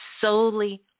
solely